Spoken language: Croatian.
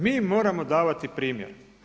Mi moramo davati primjer.